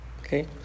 Okay